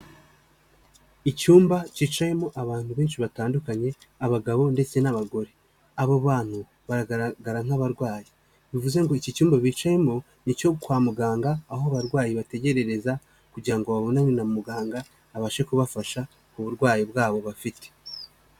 Icyumba cyicayemo abantu benshi batandukanye, urabona abagabo ndetse n'abagore. Abo bantu baragaragara nk'abarwayi, bivuze ngo iki cyumba bicayemo ni icyo kwa muganga, aho abarwayi bategerereza, kugira ngo babonane na muganga, abashe kubafasha kumenya uburwayi bwabo bafite.